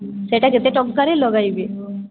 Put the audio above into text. ସେଇଟା କେତେ ଟଙ୍କାରେ ଲଗାଇବେ